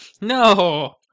No